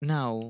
Now